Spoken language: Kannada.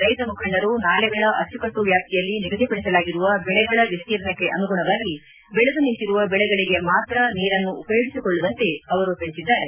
ರೈತ ಮುಖಂಡರು ನಾಲೆಗಳ ಅಚ್ಚುಕಟ್ಟು ವ್ಯಾಪ್ತಿಯಲ್ಲಿ ನಿಗದಿಪಡಿಸಲಾಗಿರುವ ಬೆಳೆಗಳ ವಿಸೀರ್ಣಕ್ಕೆ ಅನುಗುಣವಾಗಿ ಬೆಳೆದು ನಿಂತಿರುವ ಬೆಳೆಗಳಿಗೆ ಮಾತ್ರ ನೀರನ್ನು ಉಪಯೋಗಿಸಿಕೊಳ್ಳುವಂತೆ ಅವರು ತಿಳಿಸಿದ್ದಾರೆ